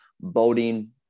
boating